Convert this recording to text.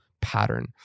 pattern